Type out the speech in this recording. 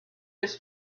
his